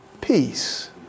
peace